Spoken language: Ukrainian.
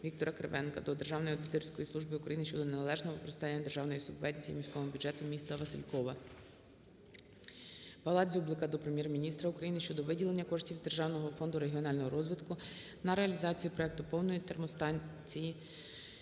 Віктора Кривенка до Державної аудиторської служби України щодо неналежного використання державної субвенції міському бюджету міста Василькова. Павла Дзюблика до Прем'єр-міністра України щодо виділення коштів з Державного фонду регіонального розвитку на реалізацію проекту повної термосанації